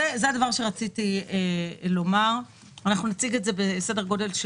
בתהליך סידור נורמאלי, כמו שאנחנו מכירים מערכות,